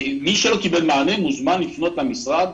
מי שלא קיבל מענה, מוזמן לפנות למשרד.